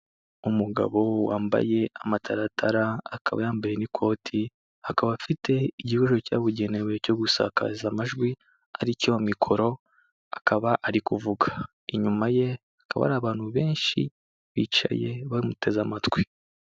Umugabo wambaye amataratara, akaba yambaye n'ikoti, akaba afite igikoresho cyabugenewe cyo gusakaza amajwi, ari cyo mikoro, akaba ari kuvuga, inyuma ye hakaba hari abantu benshi bicaye bamuteze amatwi.